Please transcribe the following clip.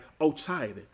outside